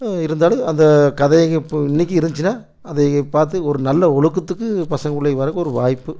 இருந்தாலும் அந்த கதைங்க இப்போ இன்றைக்கும் இருந்துச்சுன்னா அதை பார்த்து ஒரு நல்ல ஒழுக்கத்துக்கு பசங்க புள்ளைங்க வரதுக்கு ஒரு வாய்ப்பு